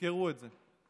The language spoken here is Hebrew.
שיזכרו את זה,